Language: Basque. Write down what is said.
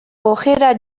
ohera